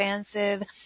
expansive